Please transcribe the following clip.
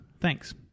Thanks